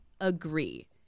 agree